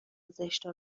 زشتها